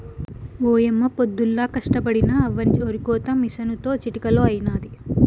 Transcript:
ఓయమ్మ పొద్దుల్లా కష్టపడినా అవ్వని ఒరికోత మిసనుతో చిటికలో అయినాది